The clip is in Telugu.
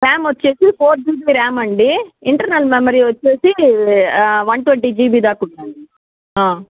ర్యాం వచ్చేసి ఫోర్ జీబీ ర్యాం అండి ఇంటర్నల్ మెమరీ వచ్చేసి వన్ ట్వంటీ జీబీ దాకా ఉంది అండి